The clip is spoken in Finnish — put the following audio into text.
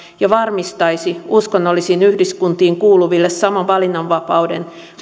ja varmistaisi uskonnollisiin yhdyskuntiin kuuluville saman valinnanvapauden